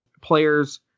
players